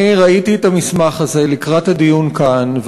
אני ראיתי את המסמך הזה לקראת הדיון כאן,